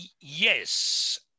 Yes